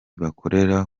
bakorera